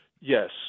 Yes